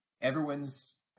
everyone's